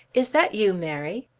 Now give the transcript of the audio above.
is that you, mary?